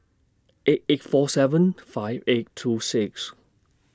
eight eight four seven five eight two six